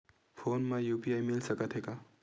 Phone मा UPI मिल सकत हे का?